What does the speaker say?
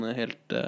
helt